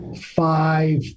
five